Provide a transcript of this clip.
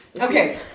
Okay